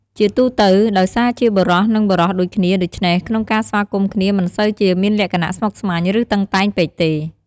ជាទូទៅ ដោយសារជាបុរស និង បុរសដូចគ្នា ដូច្នេះក្នុងការស្វាគមន៍គ្នា មិនសូវជាមានលក្ខណៈស្មុគស្មាញ ឬ តឹងតែងពេកទេ។